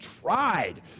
tried